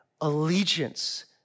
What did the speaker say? allegiance